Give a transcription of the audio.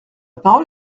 parole